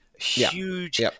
huge